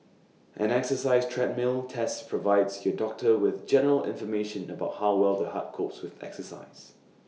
an exercise treadmill test provides your doctor with general information about how well the heart copes with exercise